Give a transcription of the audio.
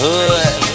Hood